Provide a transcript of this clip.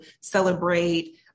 celebrate